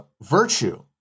virtue